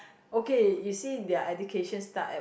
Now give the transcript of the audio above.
okay you see their education start at